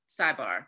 sidebar